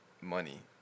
money